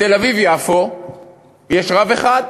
בתל-אביב יפו יש רב אחד,